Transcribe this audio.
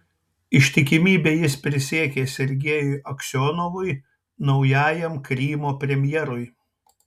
ištikimybę jis prisiekė sergejui aksionovui naujajam krymo premjerui